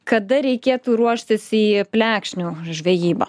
kada reikėtų ruoštis į plekšnių žvejybą